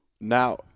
Now